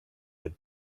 had